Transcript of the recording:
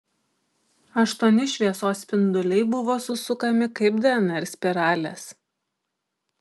aštuoni šviesos spinduliai buvo susukami kaip dnr spiralės